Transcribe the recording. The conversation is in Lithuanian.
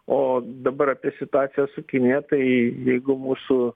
o dabar apie situaciją su kinija tai jeigu mūsų